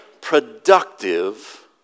productive